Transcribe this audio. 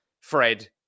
Fred